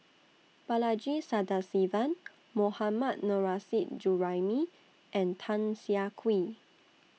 Balaji Sadasivan Mohammad Nurrasyid Juraimi and Tan Siah Kwee